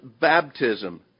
baptism